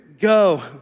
go